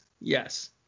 yes